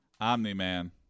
Omni-Man